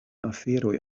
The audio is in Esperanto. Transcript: aferoj